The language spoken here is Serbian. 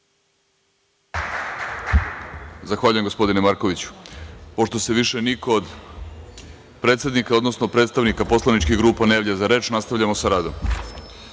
Zahvaljujem, gospodine Markoviću. Pošto se više niko od predsednika, odnosno predstavnika poslaničkih grupa, ne javlja za reč, nastavljamo sa